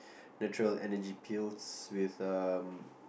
natural Energy Pills with um